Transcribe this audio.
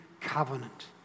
covenant